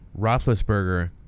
Roethlisberger